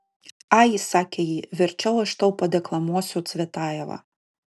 ai sakė ji verčiau aš tau padeklamuosiu cvetajevą